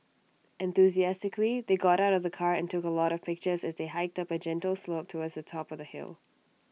enthusiastically they got out of the car and took A lot of pictures as they hiked up A gentle slope towards the top of the hill